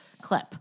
clip